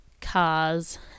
cars